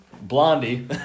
Blondie